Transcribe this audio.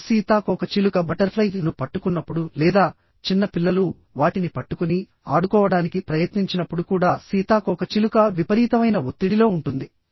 మీరు సీతాకోకచిలుక ను పట్టుకున్నప్పుడు లేదా చిన్న పిల్లలు వాటిని పట్టుకుని ఆడుకోవడానికి ప్రయత్నించినప్పుడు కూడా సీతాకోకచిలుక విపరీతమైన ఒత్తిడిలో ఉంటుంది